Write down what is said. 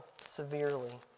severely